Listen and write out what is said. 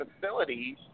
facilities